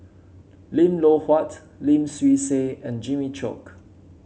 Lim Loh Huat Lim Swee Say and Jimmy Chok